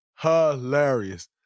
Hilarious